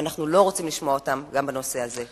ואנחנו לא רוצים לשמוע אותם גם בנושא הזה.